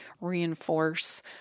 reinforce